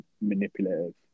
manipulative